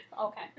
Okay